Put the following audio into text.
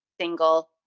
single